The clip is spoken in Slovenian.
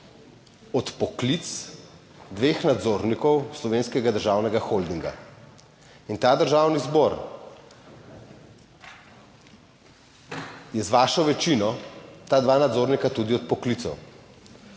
Odpoklic dveh nadzornikov Slovenskega državnega holdinga in ta Državni zbor, in z vašo večino ta dva nadzornika tudi odpoklical,